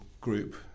group